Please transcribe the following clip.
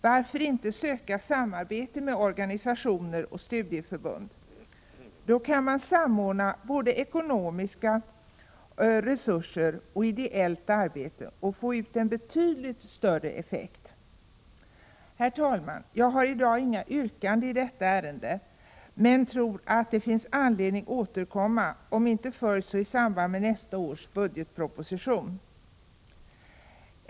Varför inte söka samarbete med organisationer och studieförbund? Då kan man samordna både ekonomiska resurser och ideellt arbete och få ut en betydligt större effekt. Herr talman! Jag har i dag inget yrkande i detta ärende, men jag tror att det finns anledning att återkomma — om inte förr, så i samband med behandlingen av nästa års budgetproposition.